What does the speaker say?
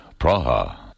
Praha